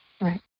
Right